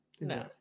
No